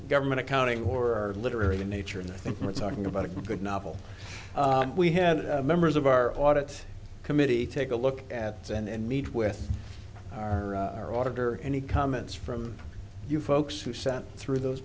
government accounting or literary in nature and i think we're talking about a good novel we have members of our audit committee take a look at it and meet with our auditor any comments from you folks who sat through those